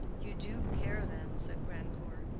you do care, then, said grandcourt,